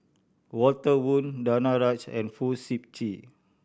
Walter Woon Danaraj and Fong Sip Chee